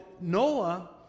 Noah